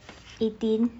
eighteen